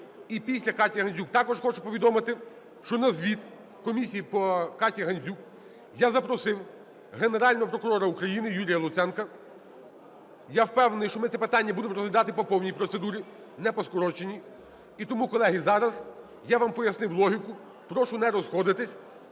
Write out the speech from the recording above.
і після - КатяГандзюк. Також хочу повідомити, що на звіт Комісії по Каті Гандзюк я запросив Генерального прокурора України Юрія Луценка. Я впевнений, що ми це питання будемо розглядати по повній процедурі, не по скороченій. І тому, колеги, зараз я вам пояснив логіку. Прошу не розходитись.